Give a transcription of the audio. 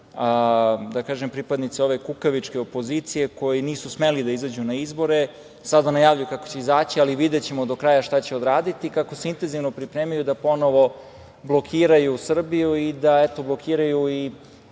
pripremaju pripadnici ove kukavičke opozicije, koji nisu smeli da izađu na izbore, sada najavljuju kako će izaći, videćemo do kraja šta će uraditi, kako se intenzivno pripremaju da ponovo blokiraju Srbiju i da blokiraju i